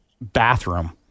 bathroom